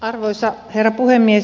arvoisa herra puhemies